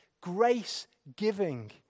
grace-giving